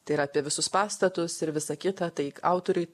tai yra apie visus pastatus ir visa kita tai autoriui